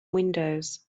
windows